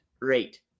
rate